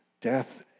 death